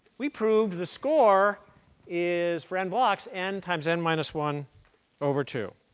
we proved the score is, for n blocks, n times n minus one over two.